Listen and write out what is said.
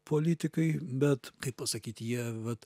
politikai bet kaip pasakyt jie vat